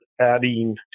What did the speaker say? adding